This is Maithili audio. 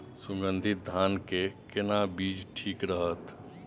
सुगन्धित धान के केना बीज ठीक रहत?